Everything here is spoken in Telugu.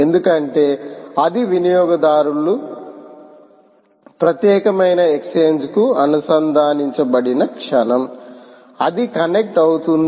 ఎందుకంటే అది వినియోగదారులు ప్రత్యేకమైన ఎక్స్ఛేంజ్కు అనుసంధానించబడిన క్షణం అది కనెక్ట్ అవుతుంది